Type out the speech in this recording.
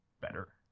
better